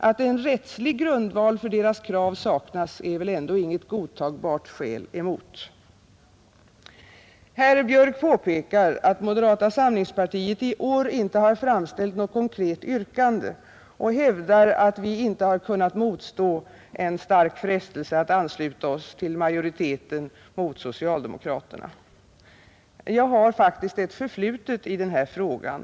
Att en rättslig grundval för deras krav saknas, är väl ändå inget godtagbart skäl emot. Herr Björk i Göteborg påpekar att moderata samlingspartiet i år inte har framställt något konkret yrkande och hävdar att vi inte har kunnat motstå en stark frestelse att ansluta oss till majoriteten mot socialdemokraterna. Jag har faktiskt ett förflutet i den här frågan.